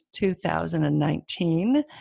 2019